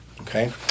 Okay